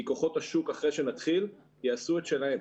כי כוחות השוק אחרי שנתחיל יעשו את שלהם.